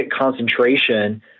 concentration